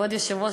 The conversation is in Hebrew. כבוד היושב-ראש,